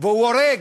והוא הורג.